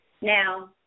Now